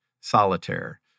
solitaire